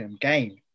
gain